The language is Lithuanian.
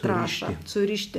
trąšą surišti